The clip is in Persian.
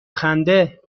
خنده